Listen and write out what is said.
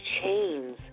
chains